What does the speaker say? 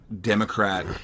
Democrat